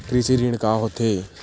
कृषि ऋण का होथे?